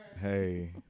Hey